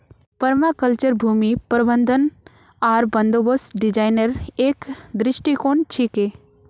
permaculture भूमि प्रबंधन आर बंदोबस्त डिजाइनेर एक दृष्टिकोण छिके